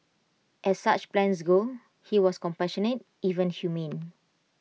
as such plans go he was compassionate even humane